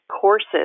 courses